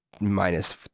minus